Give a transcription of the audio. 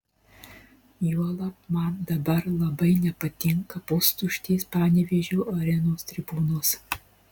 juolab man dabar labai nepatinka pustuštės panevėžio arenos tribūnos